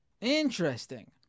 Interesting